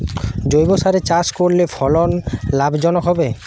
জৈবসারে চাষ করলে ফলন লাভজনক হবে?